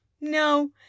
No